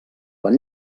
van